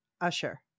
usher